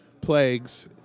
plagues